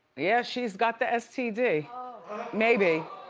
yeah. she's got the std maybe.